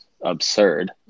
absurd